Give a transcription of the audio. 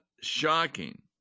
shocking